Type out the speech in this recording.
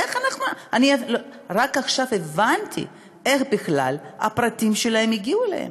רק עכשיו הבנתי איך בכלל הפרטים שלהם הגיעו אליהם.